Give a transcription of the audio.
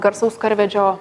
garsaus karvedžio